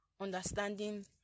understanding